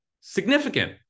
significant